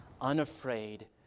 unafraid